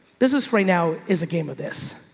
this is right now is a game of this.